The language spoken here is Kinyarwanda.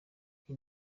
iyi